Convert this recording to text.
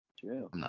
True